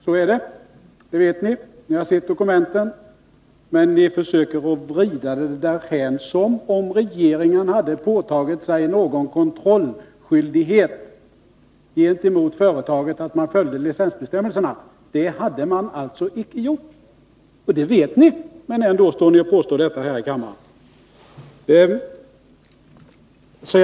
Så är det, och det vet ni— ni har sett dokumenten. Men ni försöker vrida det som om regeringen hade åtagit sig någon skyldighet att kontrollera att företaget följde licensbestäm melserna. Det hade man alltså inte gjort, och det vet ni, men ändå står ni och gör detta påstående här i kammaren.